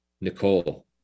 Nicole